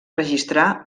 registrar